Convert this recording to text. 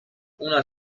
una